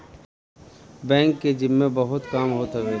bank के जिम्मे बहुते काम होत हवे